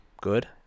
good